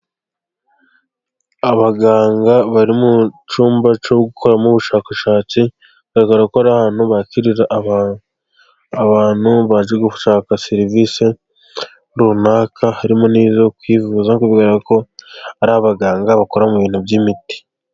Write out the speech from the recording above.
Abaganga bari mu cyumba cyo gukoreramo ubushakashatsi. Biragaragara ko ari ahantu bakirira abantu baje gushaka serivisi runaka, harimo n'izo kwivuza. Kubera ko ari abaganga bakora mu bintu by'imiti.